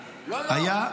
--- לא, לא.